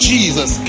Jesus